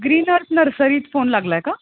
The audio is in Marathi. ग्रीन अर्थ नर्सरीत फोन लागला आहे का